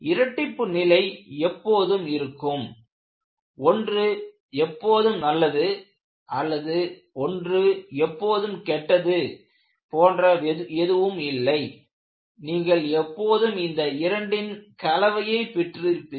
இரட்டிப்பு நிலை எப்போதும் இருக்கும் ஒன்று எப்போதும் நல்லது அல்லது ஒன்று எப்போதும் கெட்டது போன்ற எதுவும் இல்லை நீங்கள் எப்போதும் இந்த இரண்டின் கலவையை பெற்றிருப்பீர்கள்